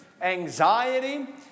anxiety